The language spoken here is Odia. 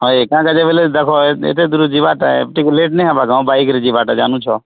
ହଏ କା କାଜି ବୋଲେ ଦେଖ ଏ ଏତେ ଦୂର ଯିବା ଟା ଏ ଟିକେ ଲେଟ୍ ନେଇ ହେବା କା ବାଇକ୍ରେ ଯିବାଟା ଜାନୁଛ